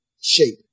shape